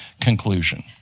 conclusion